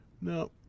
no